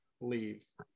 leaves